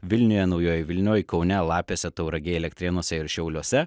vilniuje naujojoj vilnioj kaune lapėse tauragėj elektrėnuose ir šiauliuose